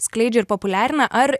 skleidžia ir populiarina ar